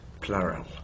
plural